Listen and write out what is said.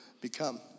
become